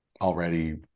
already